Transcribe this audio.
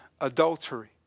Adultery